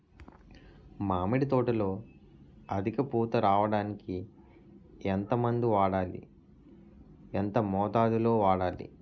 మామిడి తోటలో అధిక పూత రావడానికి ఎంత మందు వాడాలి? ఎంత మోతాదు లో వాడాలి?